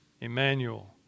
Emmanuel